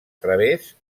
través